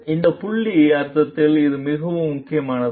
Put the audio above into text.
இந்த புள்ளி அர்த்தத்தில் இது மிகவும் முக்கியமானது